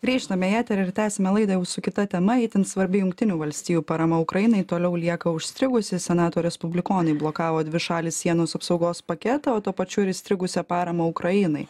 grįžtame į eterį ir tęsiame laidą jau su kita tema itin svarbi jungtinių valstijų parama ukrainai toliau lieka užstrigusi senato respublikonai blokavo dvišalį sienos apsaugos paketą o tuo pačiu ir įstrigusią paramą ukrainai